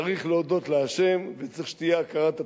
צריך להודות להשם וצריך שתהיה הכרת הטוב.